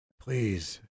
please